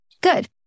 good